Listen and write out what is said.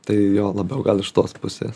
tai jo labiau gal iš tos pusės